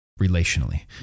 relationally